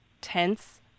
tense